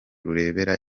rureberera